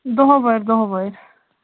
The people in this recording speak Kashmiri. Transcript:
دوٚہہٕ وٲرۍ دۄہ وٲرۍ